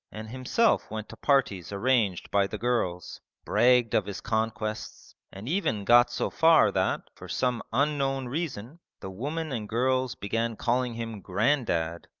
and himself went to parties arranged by the girls bragged of his conquests, and even got so far that, for some unknown reason, the women and girls began calling him grandad,